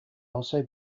also